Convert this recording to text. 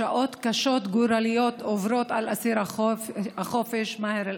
שעות קשות וגורליות עוברות על אסיר החופש מאהר אל-אח'רס.